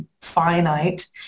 finite